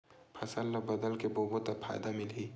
फसल ल बदल के बोबो त फ़ायदा मिलही?